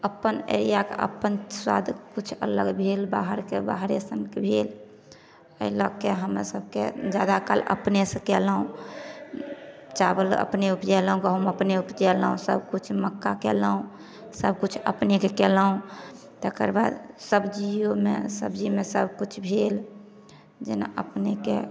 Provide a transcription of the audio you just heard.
अपन एरियाके अपन स्वाद किछु अलग भेल बाहरके बाहरेसनके भेल एहि लऽ के जादाकाल अपने से केलहुॅं चावल अपने उपजेलहुॅं गहूॅंम अपने उपजेलहुॅं सभकिछु मक्का केलहुॅं सभकिछु अपने कयलहुॅं तकर बाद सब्जियोमे सब्जी सभकिछु भेल जेना अपनेके